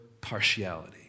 partiality